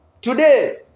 today